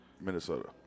Minnesota